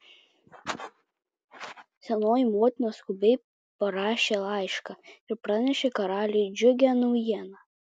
senoji motina skubiai parašė laišką ir pranešė karaliui džiugią naujieną